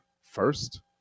first